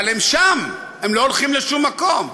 הם שם, הם לא הולכים לשום מקום.